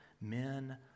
men